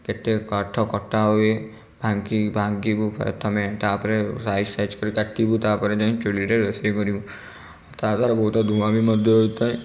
କେତେ କାଠ କଟା ହୁଏ ଭାଙ୍ଗି ଭାଙ୍ଗି ଭାଙ୍ଗିବୁ ପ୍ରଥମେ ତା'ପରେ ସାଇଜ୍ ସାଇଜ୍ କରି କାଟିବୁ ତା'ପରେ ଯାଇ ଚୁଲିରେ ରୋଷେଇ କରିବୁ ତା'ଦ୍ୱାରା ବହୁତ ଧୂଆଁ ବି ମଧ୍ୟ ହୋଇଥାଏ